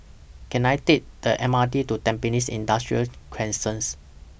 Can I Take The M R T to Tampines Industrial Crescent